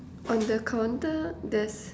on the counter there's